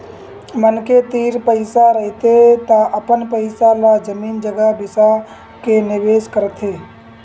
मनखे तीर पइसा रहिथे त अपन पइसा ल जमीन जघा बिसा के निवेस करथे